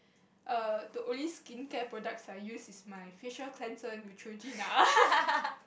err the only skincare products I use is my facial cleanser Neutrogena